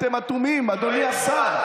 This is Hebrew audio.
אתם אטומים, אדוני השר.